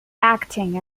acting